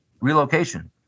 relocation